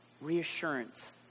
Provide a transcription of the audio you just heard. reassurance